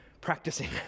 practicing